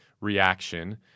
reaction